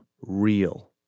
real